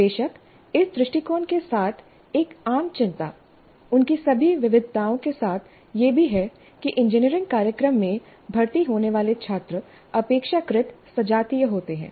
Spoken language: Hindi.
बेशक इस दृष्टिकोण के साथ एक आम चिंता उनकी सभी विविधताओं के साथ यह भी है कि इंजीनियरिंग कार्यक्रम में भर्ती होने वाले छात्र अपेक्षाकृत सजातीय होते हैं